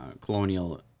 colonial